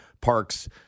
Parks